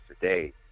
today